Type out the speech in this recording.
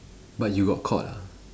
but you got caught ah